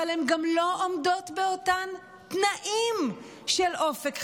אבל הן גם לא עומדות באותם תנאים של אופק חדש.